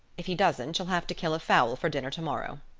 if he doesn't you'll have to kill a fowl for dinner tomorrow.